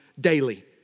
daily